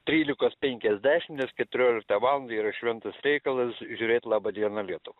trylikos penkiasdešim nes keturioliktą valandą yra šventas reikalas žiūrėt laba diena lietuva